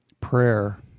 prayer